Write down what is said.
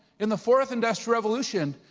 in the fourth industrial revolution,